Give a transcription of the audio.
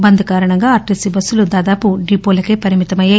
బంద్ కారణంగా ఆర్టీసీ బస్సులు దాదాపు డిపోలకే పరిమితమయ్యాయి